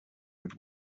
would